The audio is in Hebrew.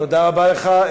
תודה רבה לך.